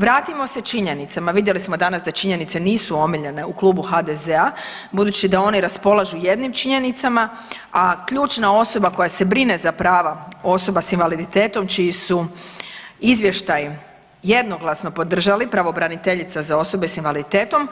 Vratimo se činjenicama, vidjeli smo danas da činjenicu nisu omiljene u Klubu HDZ-a, budući da oni raspolažu jednim činjenicama, a ključna osoba koja se brine za prava osoba s invaliditetom, čiji su izvještaji jednoglasno podržali, pravobraniteljica za osobe s invaliditetom,